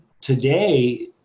today